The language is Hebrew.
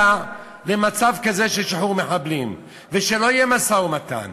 למצב כזה של שחרור מחבלים ושלא יהיה משא-ומתן.